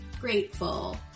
grateful